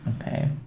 Okay